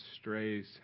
strays